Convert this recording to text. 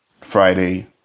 Friday